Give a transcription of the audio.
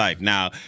Now